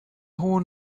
hohen